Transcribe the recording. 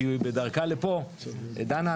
שהיא בדרכה לפה: דנה,